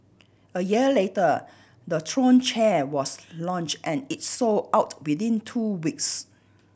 a year later the Throne chair was launched and it sold out within two weeks